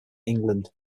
england